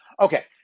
Okay